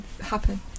happen